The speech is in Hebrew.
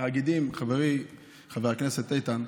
תאגידים, חברי חבר הכנסת איתן,